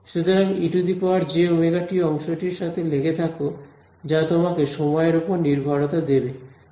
সুতরাং ejωt অংশটির সাথে লেগে থাকো যা তোমাকে সময়ের উপর নির্ভরতা দেবে